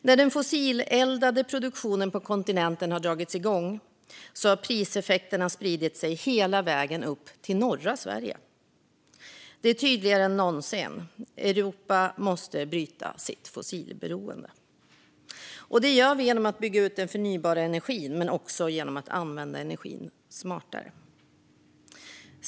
När den fossileldade produktionen på kontinenten har dragits igång har priseffekterna spridit sig hela vägen upp till norra Sverige. Det är tydligare än någonsin att Europa måste bryta sitt fossilberoende. Det gör vi genom att bygga ut den förnybara energin, men också genom att använda energin smartare.